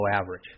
average